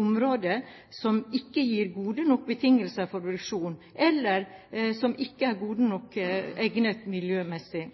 områder som ikke gir gode nok betingelser for produksjon, eller som ikke er godt nok egnet miljømessig.